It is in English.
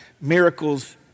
miracles